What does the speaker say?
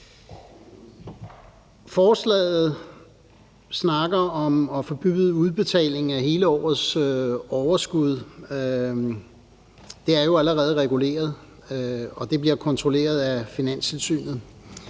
forslaget nævnes at forbyde udbetaling af hele årets overskud. Det er jo allerede reguleret, og det bliver kontrolleret af Finanstilsynet.